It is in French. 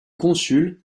consul